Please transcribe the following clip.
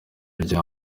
rya